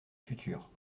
futur